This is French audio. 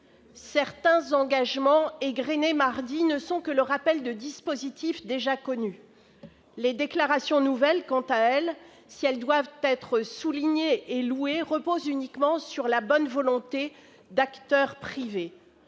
Certains engagements égrenés mardi ne sont que le rappel de dispositifs déjà connus. Les déclarations nouvelles, quant à elles, si elles doivent être soulignées et louées, reposent uniquement sur la bonne volonté d'acteurs privés.